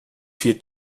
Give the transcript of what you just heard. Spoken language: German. vier